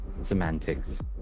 Semantics